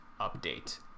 update